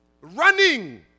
running